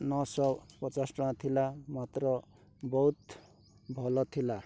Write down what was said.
ନଅଶହ ପଚାଶ ଟଙ୍କା ଥିଲା ମାତ୍ର ବହୁତ ଭଲ ଥିଲା